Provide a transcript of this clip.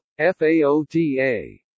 FAOTA